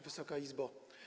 Wysoka Izbo!